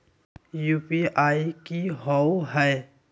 UPI कि होअ हई?